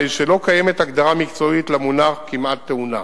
הרי שלא קיימת הגדרה מקצועית למונח כמעט-תאונה.